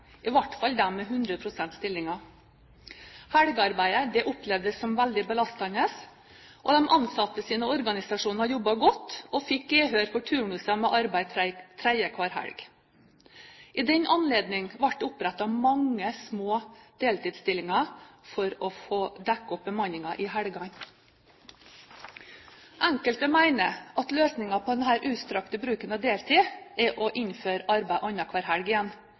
i hvert fall de med 100 pst. stillinger. Helgearbeidet opplevdes som veldig belastende. De ansattes organisasjoner jobbet godt og fikk gehør for turnuser med arbeid tredje hver helg. I den anledning ble det opprettet mange små deltidsstillinger for å få dekket bemanningen i helgene. Enkelte mener at løsningen på denne utstrakte bruken av deltid er å innføre arbeid annenhver helg igjen.